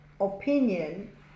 opinion